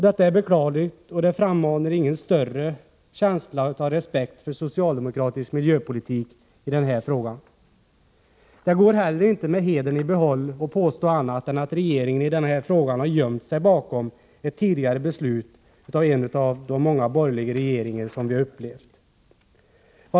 Detta är beklagligt och inger ingen större känsla av respekt för socialdemokratisk miljöpolitik i den här frågan. Det går inte heller att med hedern i behåll påstå annat än att regeringen i denna fråga har gömt sig bakom ett tidigare beslut, fattat av en av de många borgerliga regeringar som vi upplevt.